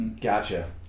Gotcha